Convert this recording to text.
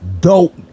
dope